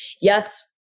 yes